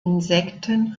insekten